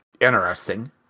interesting